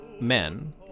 men